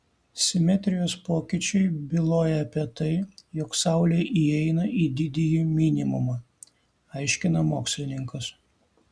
simetrijos pokyčiai byloja apie tai jog saulė įeina į didįjį minimumą aiškina mokslininkas